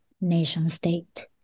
nation-state